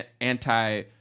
anti